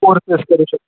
courses करू शकतो